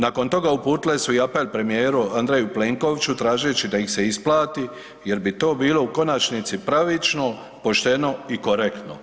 Nakon toga uputile su i apel premijeru Andreju Plenkoviću tražeći da ih se isplati jer bi to bilo u konačnici pravično, pošteno i korektno.